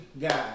God